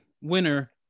winner